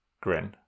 grin